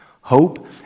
Hope